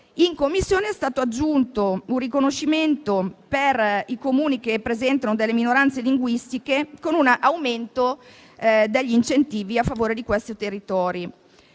In Commissione è stato aggiunto un riconoscimento per i Comuni che presentano delle minoranze linguistiche con un aumento degli incentivi a favore di questi territori.